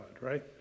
right